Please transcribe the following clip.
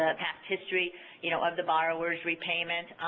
ah past history you know of the borrower's repayment.